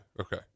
Okay